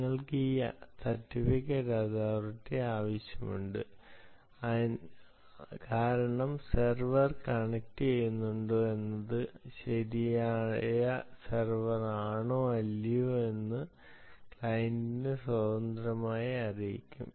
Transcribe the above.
നിങ്ങൾക്ക് ഈ certificate authority ആവശ്യമുണ്ട് കാരണം സെർവർ കണക്റ്റുചെയ്യുന്നുണ്ടോ എന്നത് ശരിയായ സെർവറാണോ അല്ലയോ എന്ന് ക്ലയന്റിനെ സ്വതന്ത്രമായി അറിയിക്കും